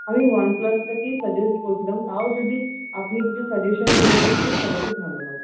আমি ওয়ান প্লাসটাকেই সাজেস্ট করছিলাম তাও যদি আপনি কিছু সাজেশান দিতে পারেন তাহলে খুব ভালো হয়